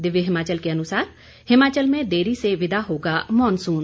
दिव्य हिमाचल के अनुसार हिमाचल में देरी से विदा होगा मॉनसून